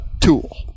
tool